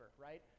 right